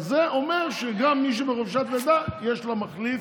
אז זה אומר שגם מי שבחופשת לידה, יש לו מחליף.